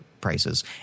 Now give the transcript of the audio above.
prices